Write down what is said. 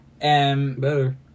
better